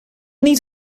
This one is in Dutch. niet